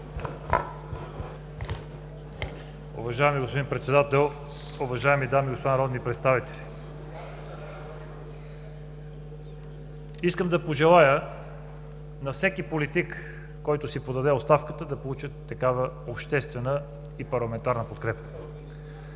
Уважаеми господин Председател, уважаеми дами и господа народни представители! Искам да пожелая на всеки политик, който си подаде оставката, да получи такава обществена и парламентарна подкрепа.